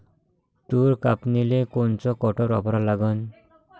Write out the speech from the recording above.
तूर कापनीले कोनचं कटर वापरा लागन?